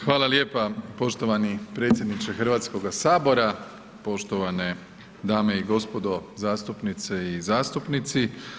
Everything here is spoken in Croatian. Hvala lijepa poštovani predsjedniče Hrvatskoga sabora, poštovane dame i gospodo, zastupnice i zastupnici.